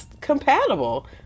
compatible